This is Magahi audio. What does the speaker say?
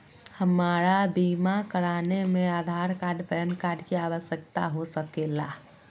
हमरा बीमा कराने में आधार कार्ड पैन कार्ड की आवश्यकता हो सके ला?